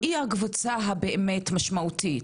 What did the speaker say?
והיא הקבוצה הבאמת משמעותית.